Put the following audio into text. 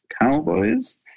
Cowboys